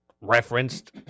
referenced